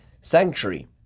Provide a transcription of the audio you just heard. sanctuary